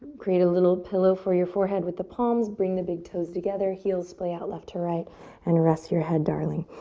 create a little pillow for your forehead with the palms, bring the big toes together, heels splay out left to right and rest your head, darling.